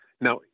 Now